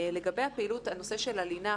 לגבי הנושא של הלינה,